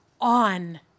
on